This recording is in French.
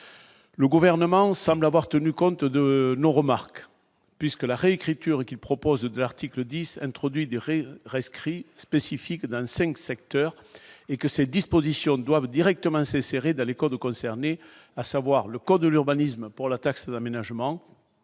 le gouvernement semble avoir tenu compte de nos remarques puisque la réécriture qui proposent de l'article 10 introduit rescrit spécifique dans 5 secteurs et que ces dispositions doivent directement c'est serré dans les codes concernés, à savoir le code de l'urbanisme pour la taxe d'aménagement,